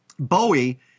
Bowie